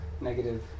negative